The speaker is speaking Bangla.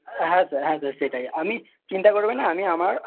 হ্যাঁ স্যার হ্যাঁ স্যার সেটাই আপনি চিন্তা করবেন না আমি আমার